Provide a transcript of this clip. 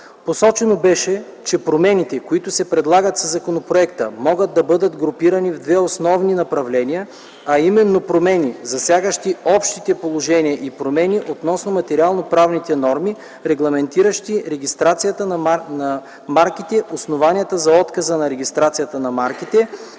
Посочено беше, че промените, които се предлагат със законопроекта, могат да бъдат групирани в две основни направления, а именно промени, засягащи общите положения, и промени относно материалноправните норми, регламентиращи регистрацията на марките - основанията за отказ на регистрацията на марка,